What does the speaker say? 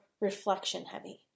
reflection-heavy